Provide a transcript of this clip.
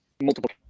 multiple